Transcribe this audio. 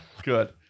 Good